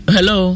Hello